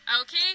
Okay